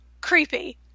creepy